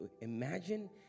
imagine